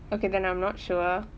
okay then I'm not sure